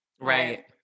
right